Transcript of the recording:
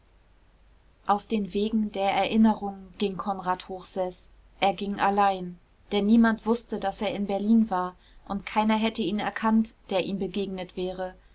auf den wegen der erinnerung ging konrad hochseß er ging allein denn niemand wußte daß er in berlin war und keiner hätte ihn erkannt der ihm begegnet wäre